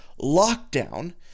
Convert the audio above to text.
lockdown